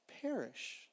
perish